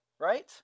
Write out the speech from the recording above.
right